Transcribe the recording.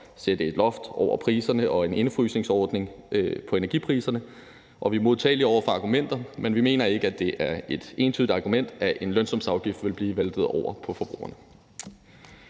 sætte et loft over priserne og en indefrysningsordning for energipriserne, og vi er modtagelige over for argumenter, men vi mener ikke, at det er et entydigt argument, at en lønsumsafgift vil blive væltet over på forbrugerne.